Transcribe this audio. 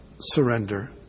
surrender